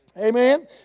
Amen